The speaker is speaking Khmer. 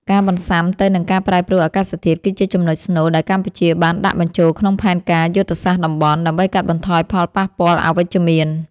ការបន្ស៊ាំទៅនឹងការប្រែប្រួលអាកាសធាតុ គឺជាចំណុចស្នូលដែលកម្ពុជាបានដាក់បញ្ចូលក្នុងផែនការយុទ្ធសាស្ត្រតំបន់ ដើម្បីកាត់បន្ថយផលប៉ះពាល់អវិជ្ជមាន។